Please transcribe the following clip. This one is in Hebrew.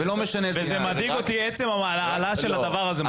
מדאיגה אותי עצם העלאת הדבר הזה.